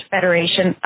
Federation